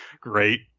great